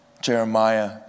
Jeremiah